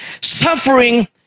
suffering